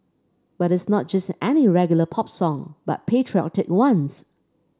but it's not just any regular pop song but patriotic ones